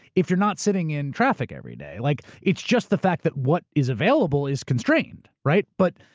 if you're not sitting in traffic every day. like, it's just the fact that what is available is constrained. right? but